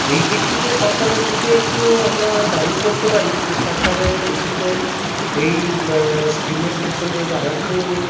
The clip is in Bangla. এই দিক থেকে সরকারের দিকে একটু আমরা দাবি করতে পারি যে সরকারের এই দিকে এই স্কিমের পেছনের আরেকটু